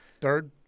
third